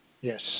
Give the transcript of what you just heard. Yes